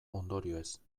ondorioez